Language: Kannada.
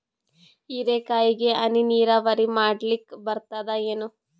ಹೀರೆಕಾಯಿಗೆ ಹನಿ ನೀರಾವರಿ ಮಾಡ್ಲಿಕ್ ಬರ್ತದ ಏನು?